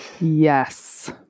Yes